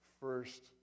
first